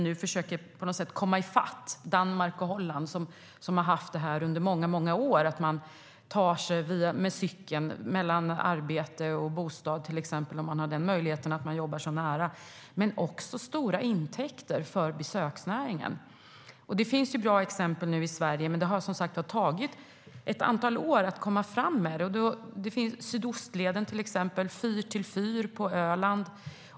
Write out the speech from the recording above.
Nu försöker vi komma i fatt Danmark och Holland, där man i många år tagit sig med cykel mellan bostad och arbete om man jobbar tillräckligt nära. Det ger också stora intäkter till besöksnäringen. Det finns bra exempel i Sverige, men det har som sagt tagit ett antal år att komma framåt med det. Vi har till exempel Sydostleden och Fyr till fyr på Öland.